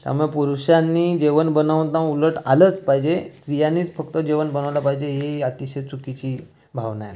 त्यामुळं पुरुषांनी जेवण बनवणं उलट आलंच पाहिजे स्त्रियांनीच फक्त जेवण बनवलं पाहिजे हे अतिशय चुकीची भावना आहे